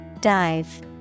Dive